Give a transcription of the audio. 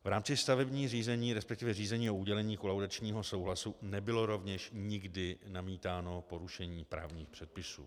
V rámci stavebních řízení, respektive řízení o udělení kolaudačního souhlasu, nebylo rovněž nikdy namítáno porušení právních předpisů.